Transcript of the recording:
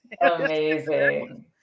amazing